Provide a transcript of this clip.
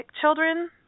children